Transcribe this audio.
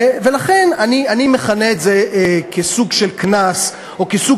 ולכן אני מכנה את זה סוג של קנס או סוג